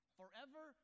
forever